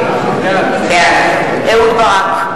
בעד אהוד ברק,